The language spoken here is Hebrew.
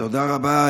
תודה רבה.